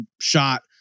shot